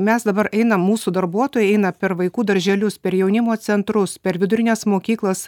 mes dabar eina mūsų darbuotojai eina per vaikų darželius per jaunimo centrus per vidurines mokyklas